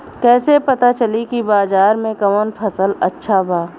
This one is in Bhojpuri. कैसे पता चली की बाजार में कवन फसल अच्छा बा?